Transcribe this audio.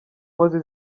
nkozi